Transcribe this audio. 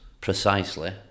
precisely